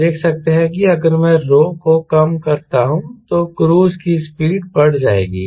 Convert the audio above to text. आप देख सकते हैं कि अगर मैं rho को कम करता हूं तो क्रूज की स्पीड बढ़ जाएगी